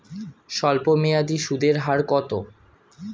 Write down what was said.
স্বল্পমেয়াদী সুদের হার কত?